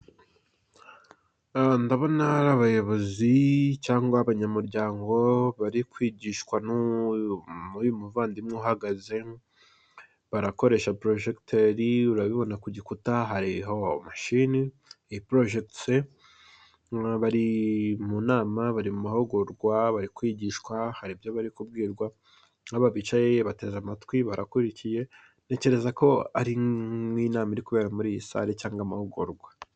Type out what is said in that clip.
Ndabona ari abayobozi cyangwa abanyamuryango bari kwigishwa n'uyu muvandimwe uhagaze barakoresha porojegiteri urabibona ku gikuta hariho mashini iporojegise bari mu nama bari mu mahugurwa bari kwigishwa hari ibyo bari kubwirwa n'aba bicaye bateze amatwi barakurikiye ntekereza ko ari nk'inama iri kubera muri iyi sale cyangwa amahugurwa.